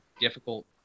difficult